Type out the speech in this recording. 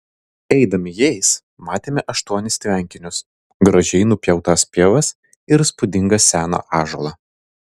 eidami jais matėme aštuonis tvenkinius gražiai nupjautas pievas ir įspūdingą seną ąžuolą